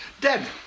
Dead